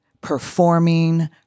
performing